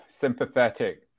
sympathetic